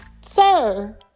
sir